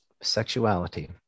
Sexuality